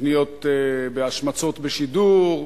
ופניות בהשמצות בשידור,